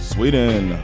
Sweden